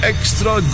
Extra